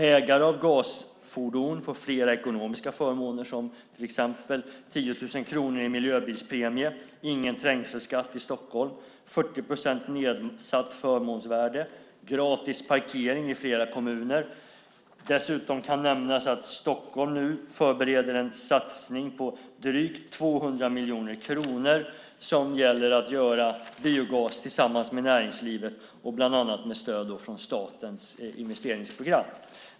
Ägare av gasfordon får flera ekonomiska förmåner som till exempel 10 000 kronor i miljöbilspremie, ingen trängselskatt i Stockholm, 40 procents nedsatt förmånsvärde och gratis parkering i flera kommuner. Dessutom kan nämnas att Stockholm nu förbereder en satsning på drygt 200 miljoner kronor för att göra biogas tillsammans med näringslivet, bland annat med stöd från statens investeringsprogram.